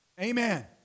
Amen